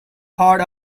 heard